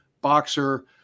Boxer